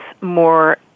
more